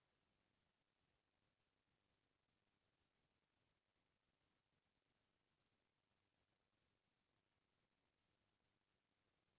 हवा ह जब दक्छिन पस्चिम तट म पस्चिम के घाट म टकराथे त भारत के तीर तखार म बिक्कट बरसा होथे